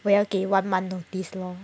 我要给 one month notice lor